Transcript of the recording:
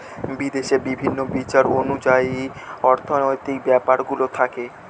বিদেশে বিভিন্ন বিচার অনুযায়ী অর্থনৈতিক ব্যাপারগুলো থাকে